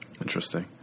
Interesting